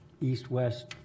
east-west